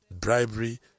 bribery